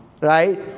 right